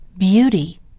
Beauty